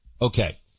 okay